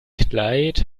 kleid